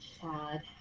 Chad